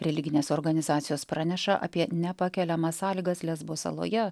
religinės organizacijos praneša apie nepakeliamas sąlygas lesbos saloje